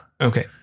Okay